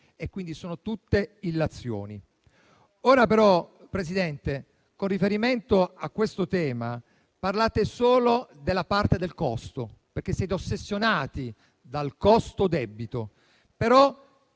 quindi di illazioni. Però, Presidente, con riferimento a questo tema, parlate solo della parte del costo, perché siete ossessionati dal costo debito.